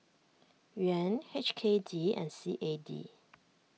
Yuan H K D and C A D